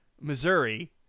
Missouri